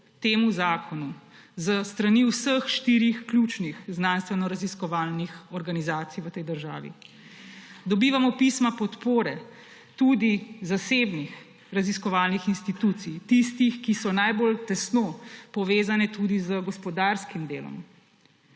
temu zakonu s strani vseh štirih ključnih znanstvenoraziskovalnih organizacij v tej državi. Dobivamo pisma podpore tudi zasebnih raziskovalnih institucij, tistih, ki so najbolj tesno povezane tudi z gospodarskim delom.